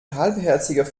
halbherziger